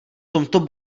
tomto